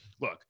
Look